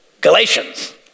Galatians